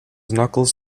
knuckles